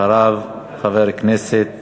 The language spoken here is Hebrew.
אחריו חבר הכנסת